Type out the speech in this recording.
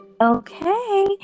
Okay